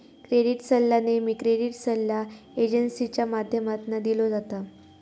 credit सल्ला नेहमी credit सल्ला एजेंसींच्या माध्यमातना दिलो जाता